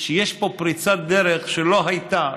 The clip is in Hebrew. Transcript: שיש פה פריצת דרך שלא הייתה,